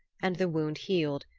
and the wound healed,